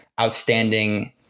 outstanding